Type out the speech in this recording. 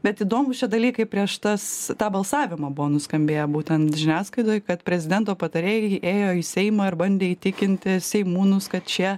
bet įdomūs čia dalykai prieš tas tą balsavimą buvo nuskambėję būtent žiniasklaidoj kad prezidento patarėjai ėjo į seimą ir bandė įtikinti seimūnus kad šie